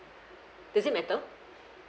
does it matter